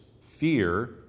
fear